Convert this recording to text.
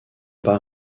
pas